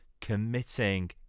committing